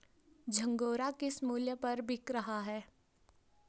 झंगोरा किस मूल्य पर बिक रहा है?